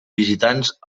visitants